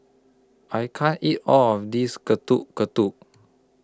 I can't eat All of This Getuk Getuk